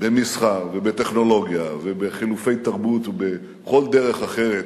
במסחר ובטכנולוגיה ובחילופי תרבות ובכל דרך אחרת,